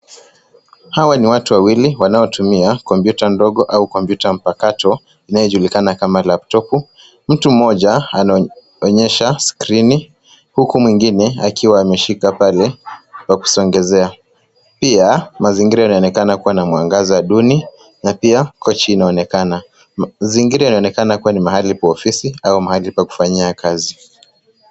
Hawa ni watu wawili wanaotumia kompyuta ndogo au kompyuta mpakato inayojulikana kama laptop . Mtu mmoja anaonyesha skrini huku mwingine akiwa ameshika pale kwa kusogezea. Pia mazingira yanaonekana kuwa na mwangaza duni na pia kochi inaonekana. Mazingira inaonekana kuwa ni mahali pa ofisi au mahali pa kufanyia kazi.